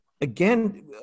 again